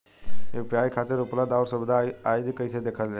UPI खातिर उपलब्ध आउर सुविधा आदि कइसे देखल जाइ?